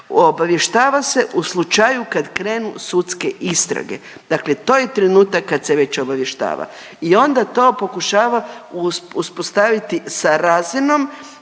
obavještava se u slučaju kad krenu sudske istrage, dakle to je trenutak kad se već obavještava i onda to pokušava uspostaviti sa razinom